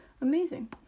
amazing